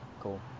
Cool